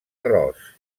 arròs